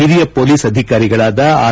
ಹಿರಿಯ ಪೊಲೀಸ್ ಅಧಿಕಾರಿಗಳಾದ ಆರ್